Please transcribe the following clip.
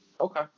Okay